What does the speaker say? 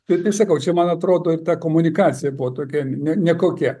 tai tai sakau čia man atrodo ir ta komunikacija buvo tokia ne nekokia